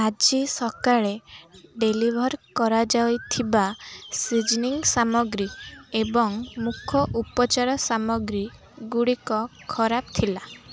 ଆଜି ସକାଳେ ଡେଲିଭର୍ କରାଯାଇଥିବା ସିଜନିଂ ସାମଗ୍ରୀ ଏବଂ ମୁଖ ଉପଚାର ସାମଗ୍ରୀଗୁଡ଼ିକ ଖରାପ ଥିଲା